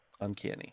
uncanny